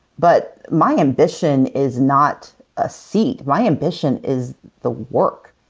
but my ambition is not a seat. my ambition is the work.